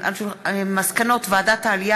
מסקנות ועדת העלייה,